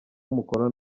umukono